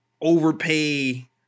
Overpay